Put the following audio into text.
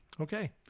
Okay